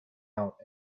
out